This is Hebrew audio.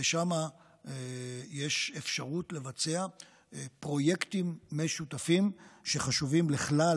ושם יש אפשרות לבצע פרויקטים משותפים שחשובים לכלל